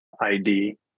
ID